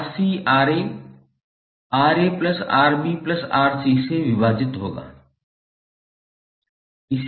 R2 का मान 𝑅𝑐𝑅𝑎 𝑅𝑎𝑅𝑏𝑅𝑐 से विभाजित होगा